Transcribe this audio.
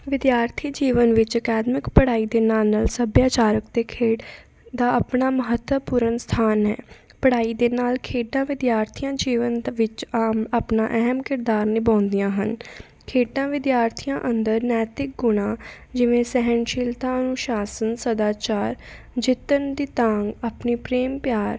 ਵਿਦਿਆਰਥੀ ਜੀਵਨ ਵਿੱਚ ਅਕਾਦਮਿਕ ਪੜ੍ਹਾਈ ਦੇ ਨਾਲ ਨਾਲ ਸੱਭਿਆਚਾਰਕ ਅਤੇ ਖੇਡ ਦਾ ਆਪਣਾ ਮਹੱਤਵਪੂਰਨ ਸਥਾਨ ਹੈ ਪੜ੍ਹਾਈ ਦੇ ਨਾਲ ਖੇਡਾਂ ਵਿਦਿਆਰਥੀਆਂ ਜੀਵਨ ਦੇ ਵਿੱਚ ਆਮ ਆਪਣਾ ਅਹਿਮ ਕਿਰਦਾਰ ਨਿਭਾਉਂਦੀਆਂ ਹਨ ਖੇਡਾਂ ਵਿਦਿਆਰਥੀਆਂ ਅੰਦਰ ਨੈਤਿਕ ਗੁਣਾਂ ਜਿਵੇਂ ਸਹਿਣਸ਼ੀਲਤਾ ਅਨੁਸ਼ਾਸਨ ਸਦਾਚਾਰ ਜਿੱਤਣ ਦੀ ਤਾਂਘ ਆਪਣੀ ਪ੍ਰੇਮ ਪਿਆਰ